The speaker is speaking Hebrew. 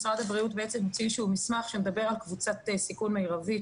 משרד הבריאות בעצם הוציא איזשהו מסמך שמדבר על קבוצת סיכון מרבית,